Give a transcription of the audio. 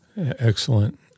Excellent